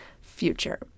future